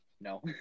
No